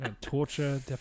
Torture